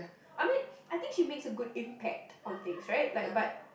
I mean I think she makes a good impact on things right like but